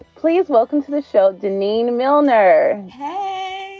please welcome to the show denene millner. hey,